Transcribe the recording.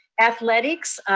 athletics,